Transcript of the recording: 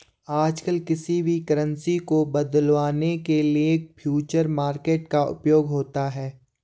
आजकल किसी भी करन्सी को बदलवाने के लिये फ्यूचर मार्केट का उपयोग होता है